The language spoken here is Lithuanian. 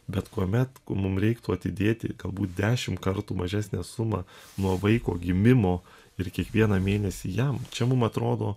bet kuomet mum reiktų atidėti galbūt dešim kartų mažesnę sumą nuo vaiko gimimo ir kiekvieną mėnesį jam čia mum atrodo